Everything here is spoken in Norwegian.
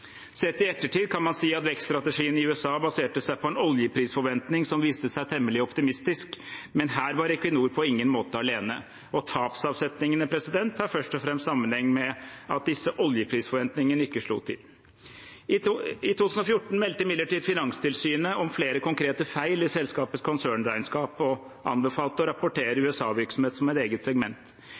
Sett i ettertid kan man si at vekststrategien i USA baserte seg på en oljeprisforventning som viste seg å være temmelig optimistisk, men her var Equinor på ingen måte alene. Tapsavsetningene har først og fremst sammenheng med at disse oljeprisforventningene ikke slo til. I 2014 meldte imidlertid Finanstilsynet om flere konkrete feil i selskapets konsernregnskap og anbefalte å rapportere USA-virksomhet som et eget segment.